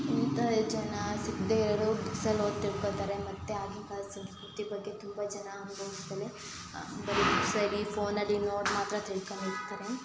ಇಂಥ ಜನ ಸಿಗದೇ ಇರೋರು ಬುಕ್ಸಲ್ಲಿ ಓದಿ ತಿಳ್ಕೊತಾರೆ ಮತ್ತು ಆಗಿನ ಕಾಲದ ಸಂಸ್ಕೃತಿ ಬಗ್ಗೆ ತುಂಬ ಜನ ಅನ್ಬವ್ಸ್ತಲೆ ಬರೀ ಬುಕ್ಸಲ್ಲಿ ಫೋನಲ್ಲಿ ನೋಡಿ ಮಾತ್ರ ತಿಳ್ಕಂಡು ಇರ್ತಾರೆ